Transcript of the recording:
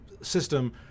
system